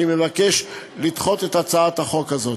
אני מבקש לדחות את הצעת החוק הזאת.